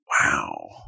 Wow